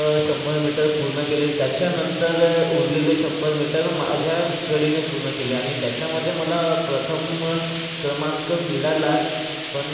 शंभर मीटर पूर्ण केले त्याच्यानंतर उरलेले शंभर मीटर माझ्या गडीने पूर्ण केले आणि त्याच्यामध्ये मला प्रथम क्रमांक मिळालाच पण